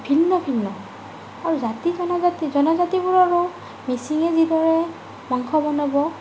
ভিন্ন ভিন্ন আৰু জাতি জনজাতি জনজাতিবোৰৰো মিচিঙে যিদৰে মাংস বনাব